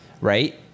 right